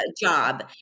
job